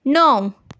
णव